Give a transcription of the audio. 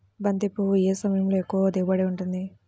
బంతి పువ్వు ఏ సమయంలో ఎక్కువ దిగుబడి ఉంటుంది?